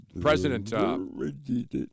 President